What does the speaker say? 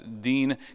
dean